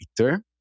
Twitter